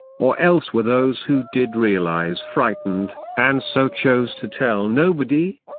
or else were those who did realize frightened, and so chose to tell nobody?